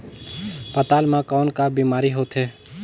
पातल म कौन का बीमारी होथे?